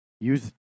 use